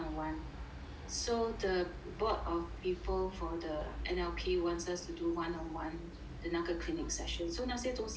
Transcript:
so the board of people for the N_L_P wants us to do one on one 的那个 clinic session so 那些东西都